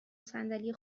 صندلی